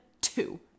two